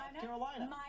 Carolina